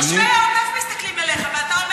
תושבי העוטף מסתכלים עליך ואתה אומר